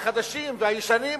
החדשים והישנים,